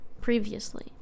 previously